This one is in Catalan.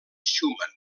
schumann